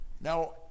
Now